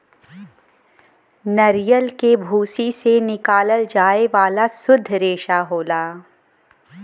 नरियल के भूसी से निकालल जाये वाला सुद्ध रेसा होला